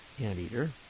anteater